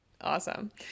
awesome